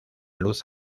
luz